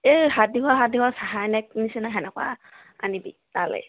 এই হাত দীঘল হাত দীঘল হাই নেক নিচিনা তেনেকুৱা আনিবি তালৈ